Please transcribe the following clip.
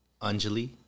Anjali